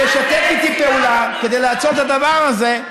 ולשתף איתי פעולה כדי לעצור את הדבר הזה,